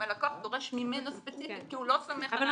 אם הלקוח דורש ממנו ספציפית שהוא לא סומך על